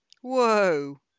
Whoa